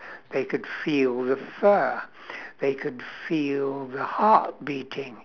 they could feel the fur they could feel the heart beating